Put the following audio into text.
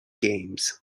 games